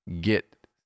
get